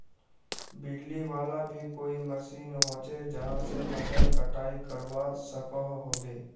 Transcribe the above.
बिजली वाला भी कोई मशीन होचे जहा से फसल कटाई करवा सकोहो होबे?